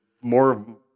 more